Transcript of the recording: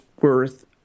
worth